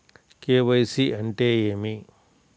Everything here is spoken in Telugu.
కే.వై.సి అంటే ఏమి?